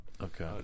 Okay